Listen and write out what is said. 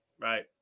Right